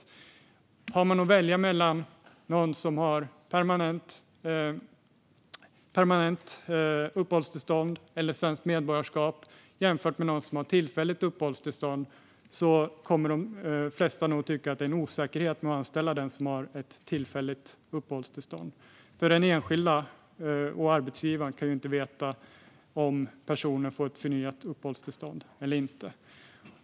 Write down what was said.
Har man möjlighet att välja mellan någon som har permanent uppehållstillstånd eller svenskt medborgarskap och någon som har tillfälligt uppehållstillstånd kommer nog de flesta att tycka att det är en osäkerhet att anställa den som har ett tillfälligt uppehållstillstånd. Den enskilda och arbetsgivaren kan ju inte veta om personen får förnyat uppehållstillstånd eller inte.